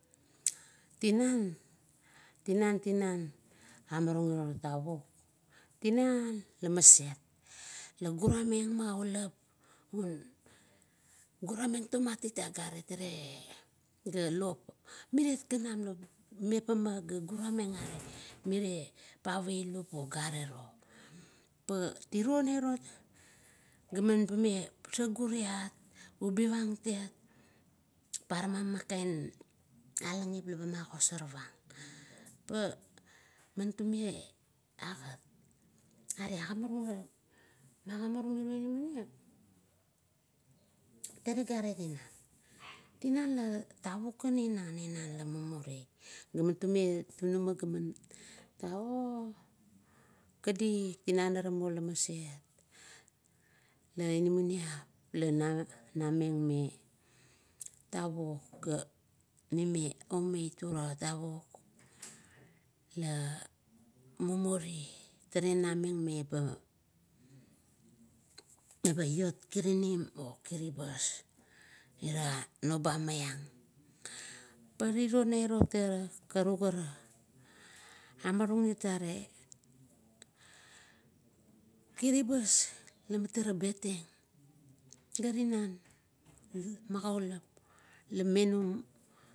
Tinan, tinan, tinan, amarung lon tavuk inan, ta masert, ga gurameng mailap un guramengit tomat agarit, tare lop, merie, mepama ga gurameng agarit, tare lop, merie, mepama ga gurameng agarit merie pavailup garero. Pa tino nairo pamen sagu tiat, ubivan tiat paraman man alangim la ba magosorpang. Pa tume agat are agimarung, are magimarung miro inamaniap, tale gare tinan, tinan la tavuk kan inan ila mumuri, laman tunama gaman okadit, tinanara muola maset la inamaniap la nameng me tavuk ga ninimiap, ga omaet tavuk la mumuri. Tale na meng meba, meba iot kirinim okiribas ira noba maiang. Pa tiro nairo tara karukara. Amarung it are kiribas la tara betieng, ga rinan magaulap la menum.